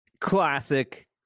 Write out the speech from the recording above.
Classic